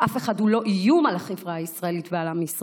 אף אחד הוא לא איום על החברה הישראלית ועל עם ישראל.